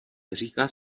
říká